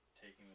taking